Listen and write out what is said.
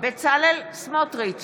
בצלאל סמוטריץ'